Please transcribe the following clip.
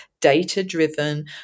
data-driven